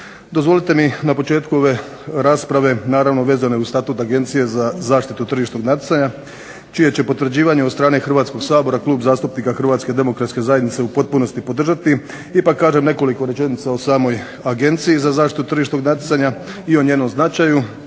Dozvolite mi na početku ove rasprave, naravno vezane uz Statut Agencije za zaštitu tržišnog natjecanja čije će potvrđivanje od strane Hrvatskog sabora Klub zastupnika HDZ-a u potpunosti podržati, ipak kažem nekoliko rečenica o samoj Agenciji za zaštitu tržišnog natjecanja i o njenom značaju